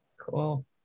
Cool